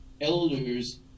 elders